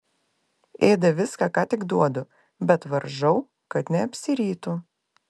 ėda viską ką tik duodu bet varžau kad neapsirytų